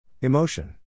Emotion